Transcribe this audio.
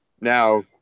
Now